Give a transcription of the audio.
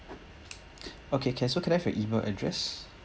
okay can so can I have your email address